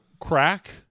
crack